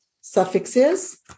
suffixes